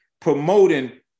Promoting